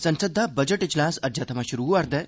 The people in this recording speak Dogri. संसद दा बजट अजलास अज्जै थमां शुरु होआ'रदा ऐ